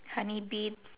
honey bee